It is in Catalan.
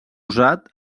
usat